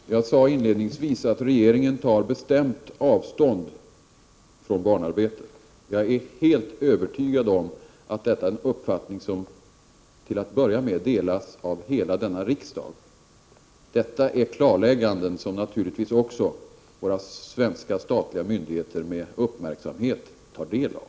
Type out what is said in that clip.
Herr talman! Jag sade inledningsvis att regeringen tar bestämt avstånd från barnarbete. Jag är helt övertygad om att detta är en uppfattning som delas av hela denna riksdag till att börja med. Detta är klarlägganden som naturligtvis också våra statliga svenska myndigheter med uppmärksamhet tar del av.